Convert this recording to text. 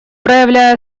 проявляя